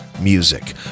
music